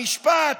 המשפט.